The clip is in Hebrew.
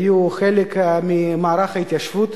היו חלק ממערך ההתיישבות